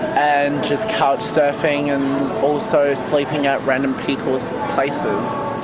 and just couch-surfing and also sleeping at random people's places.